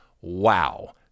wow